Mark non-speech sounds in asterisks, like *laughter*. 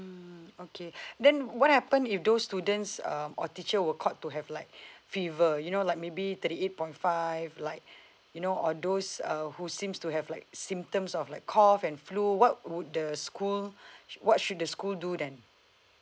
okay *breath* then what happen if those students uh or teacher were caught to have like *breath* fever you know like maybe thirty eight point five like you know or those uh who seems to have like symptoms of like cough and flu what would the school *breath* what should the school do then